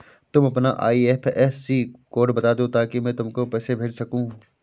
तुम अपना IFSC code बता दो ताकि मैं तुमको पैसे भेज सकूँ